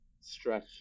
stretch